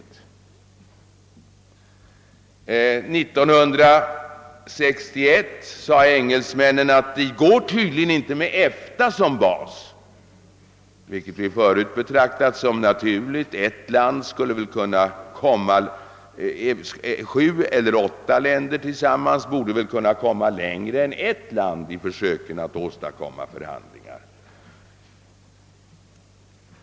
1961 framhöll engelsmännen att det tydligen inte går att komma vidare med EFTA som bas, vilket vi förut betraktat som naturligt. Sju eller åtta länder borde kunna nå längre än ett enda land i försöken att åstadkomma förhandlingar.